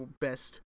best